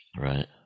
Right